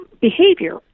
Behavior